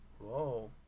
Whoa